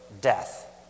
death